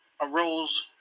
arose